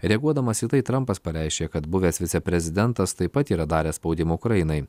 reaguodamas į tai trampas pareiškė kad buvęs viceprezidentas taip pat yra daręs spaudimą ukrainai